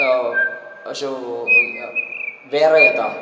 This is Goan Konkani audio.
अश्यो वेर्र येता